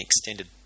extended